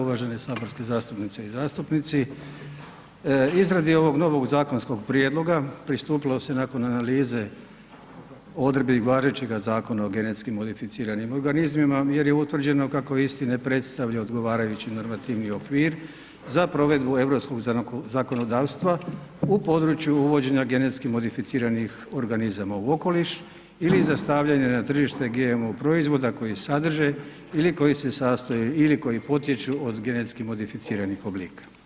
Uvažene saborski zastupnice i zastupnici, izradi ovog novog zakonskog prijedloga pristupilo se nakon analize odredbi važećega Zakona o genetski modificiranim organizmima jer je utvrđeno kako isti ne predstavlja odgovarajući normativni okvir za provedbu europskog zakonodavstva u području uvođenja genetskih modificiranih organizama u okoliš ili za stavljanje na tržište GMO proizvoda koji sadrže ili koji se sastoje ili koji potječu od genetski modificiranih oblika.